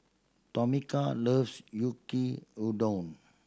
Tomika loves Yaki Udon